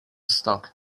stock